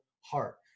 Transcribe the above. heart